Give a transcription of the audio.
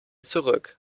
zurück